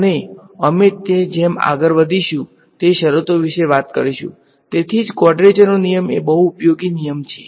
અને અમે તે જેમ આગળ વધીશુ તે શરતો વિશે વાત કરીશું તેથી જ કવાડ્રેચરનો નિયમ એ બહુ ઉપયોગી છે